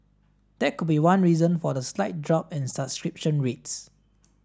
that could be one reason for the slight drop in subscription rates